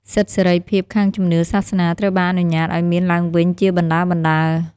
សិទ្ធិសេរីភាពខាងជំនឿសាសនាត្រូវបានអនុញ្ញាតឱ្យមានឡើងវិញជាបណ្តើរៗ។